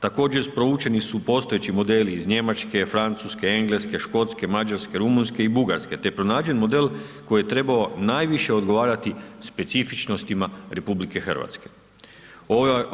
Također proučeni su postojeći modeli iz Njemačke, Francuske, Engleske, Škotske, Mađarske, Rumunjske i Bugarske te je pronađen model koji je trebao najviše odgovarati specifičnostima RH.